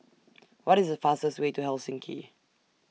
What IS The fastest Way to Helsinki